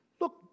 look